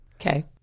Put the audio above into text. Okay